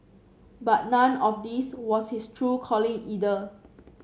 but none of this was his true calling either